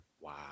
wow